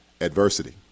adversity